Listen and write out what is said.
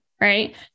right